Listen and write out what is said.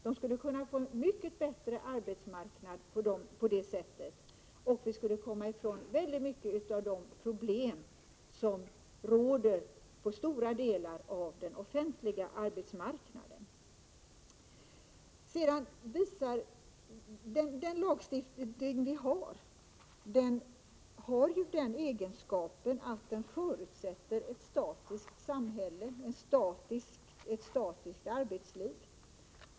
De skulle kunna få en mycket bättre arbetsmarknad på det sättet, och vi skulle komma ifrån väldigt många av de problem som råder på stora delar av den offentliga arbetsmarknaden. Den lagstiftning som vi har förutsätter ett statiskt samhälle och ett statiskt arbetsliv.